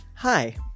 Hi